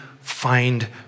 find